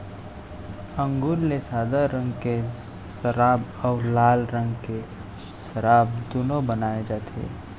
अंगुर ले सादा रंग के सराब अउ लाल रंग के सराब दुनो बनाए जाथे